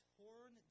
torn